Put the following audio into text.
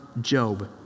Job